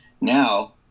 now